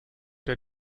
der